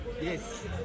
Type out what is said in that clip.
Yes